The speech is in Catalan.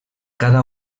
cada